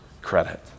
credit